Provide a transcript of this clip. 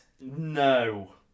No